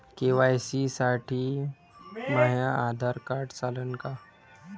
KYC साठी माह्य Aadhaar card चालन का?